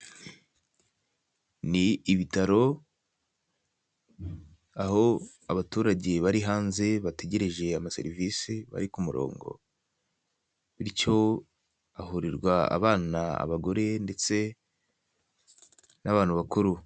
Ni ibitaro aho abaturage bari hanze bategereje ama serivisi bari ku murongo bityo hahurirwa abana abagore ndetse n'abantu bakuru.